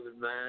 man